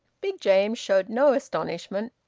big james showed no astonishment.